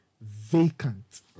vacant